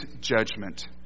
judgment